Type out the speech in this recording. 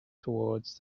towards